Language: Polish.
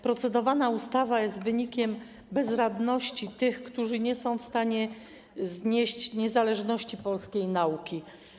Procedowana ustawa jest wynikiem bezradności tych, którzy nie są w stanie znieść niezależności polskiej nauki.